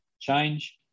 change